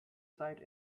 sight